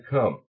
Come